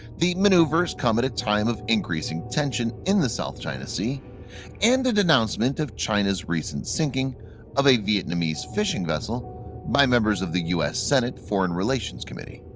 the maneuvers come at a time of increasing tension in the south china sea and a denouncement of china's recent sinking of a vietnamese fishing vessel by members of the u s. senate foreign relations committee.